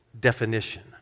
definition